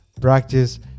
practice